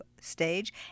stage